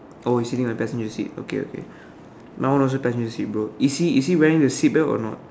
oh he's sitting on the passenger seat okay okay my one also passenger seat bro is he is he wearing the seat belt or not